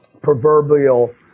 proverbial